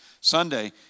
Sunday